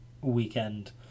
weekend